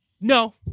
No